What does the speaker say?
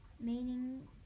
meaning